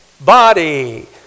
body